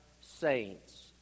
saints